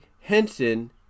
Henson